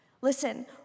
Listen